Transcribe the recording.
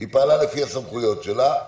היא פעלה לפי הסמכויות שלה.